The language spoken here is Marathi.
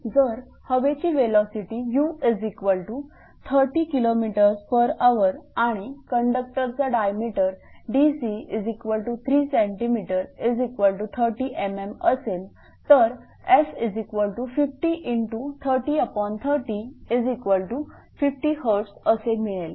जर हवेची वेलोसिटी u30 Kmhr आणि कंडक्टरचा डायमीटर dc3 cm30 mm असेल तर f50×303050 Hz असे मिळेल